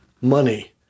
money